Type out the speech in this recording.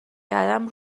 کردم